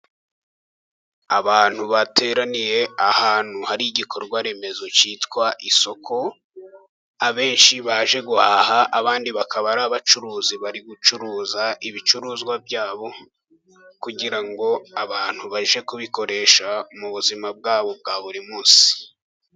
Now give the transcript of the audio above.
Abantu bateraniye ahantu hari igikorwa remezo cyitwa isoko, abenshi baje guhaha abandi bakaba ari abacuruzi, bari gucuruza ibicuruzwa byabo, kugira ngo abantu bajye kubikoresha mu buzima bwabo bwa buri munsi.